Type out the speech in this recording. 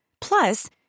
Plus